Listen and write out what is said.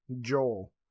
Joel